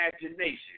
imagination